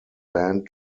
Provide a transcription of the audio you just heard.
band